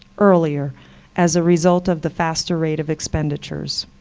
earlier as a result of the faster rate of expenditures.